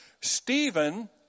Stephen